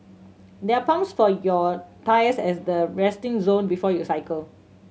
there are pumps for your tyres at the resting zone before you cycle